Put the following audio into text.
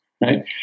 Right